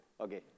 Okay